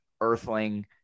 earthling